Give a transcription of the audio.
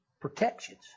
protections